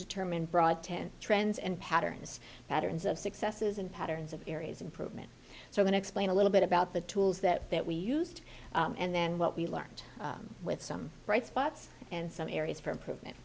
determine broad ten trends and patterns patterns of successes and patterns of barry's improvement so and explain a little bit about the tools that that we used and then what we learned with some bright spots and some areas for improvement